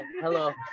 hello